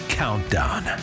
countdown